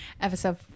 episode